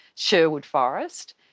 sherwood forest,